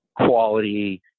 quality